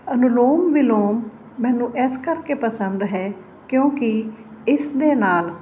ਅਨੁਲੋਮ ਵਿਲੋਮ ਮੈਨੂੰ ਇਸ ਕਰਕੇ ਪਸੰਦ ਹੈ ਕਿਉਂਕਿ ਇਸ ਦੇ ਨਾਲ